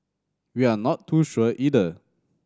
we are not too sure either